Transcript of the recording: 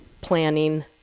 planning